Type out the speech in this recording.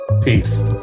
Peace